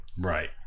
right